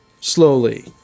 slowly